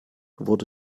wurde